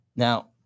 Now